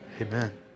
Amen